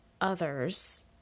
others